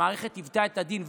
והמערכת עיוותה את הדין,